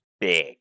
big